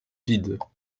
vides